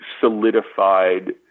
solidified